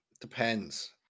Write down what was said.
depends